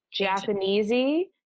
Japanesey